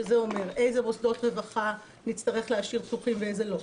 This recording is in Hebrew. שזה אומר: איזה מוסדות רווחה נצטרך להשאיר פתוחים ואיזה לא,